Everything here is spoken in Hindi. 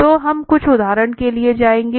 तो हम कुछ उदाहरण के लिए जाएंगे